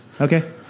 Okay